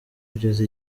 kugeza